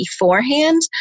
beforehand